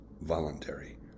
voluntary